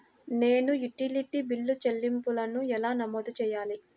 నేను utility bill చెల్లింపులను ఎలా నమోదు చేయాలి?